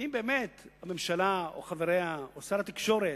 ואם הממשלה, חבריה או שר התקשורת,